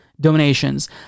donations